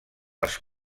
els